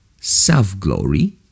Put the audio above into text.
self-glory